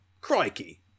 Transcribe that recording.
Crikey